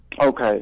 Okay